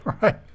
right